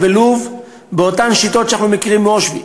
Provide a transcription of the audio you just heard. ולוב באותן שיטות שאנחנו מכירים מאושוויץ,